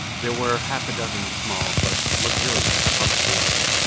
there were half a dozen small but luxurious public rooms.